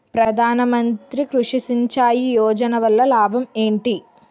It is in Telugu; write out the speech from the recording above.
ప్రధాన మంత్రి కృషి సించాయి యోజన వల్ల లాభం ఏంటి?